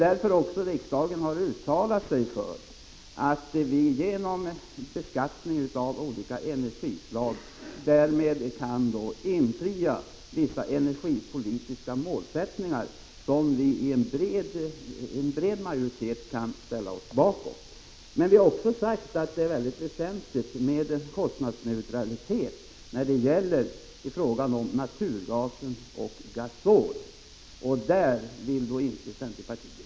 Därför har riksdagen också uttalat sig för att man genom beskattning av olika energislag skall försöka nå vissa energipolitiska mål, som en bred majoritet kan ställa sig bakom. Vi har också sagt att det är mycket väsentligt med kostnadsneutralitet när det gäller naturgas och gasol. Det tycker inte centerpartiet.